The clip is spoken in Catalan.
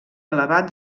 elevat